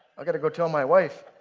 i gotta go tell my wife